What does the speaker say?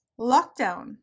lockdown